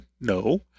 No